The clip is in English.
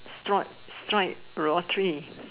strike strike lottery